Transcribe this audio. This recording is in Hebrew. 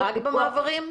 רק במעברים?